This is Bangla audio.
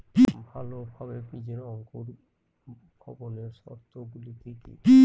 ভালোভাবে বীজের অঙ্কুর ভবনের শর্ত গুলি কি কি?